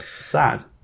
sad